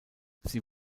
sie